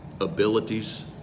abilities